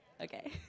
Okay